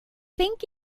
think